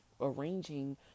arranging